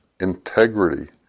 integrity